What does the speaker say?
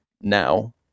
Now